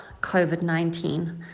COVID-19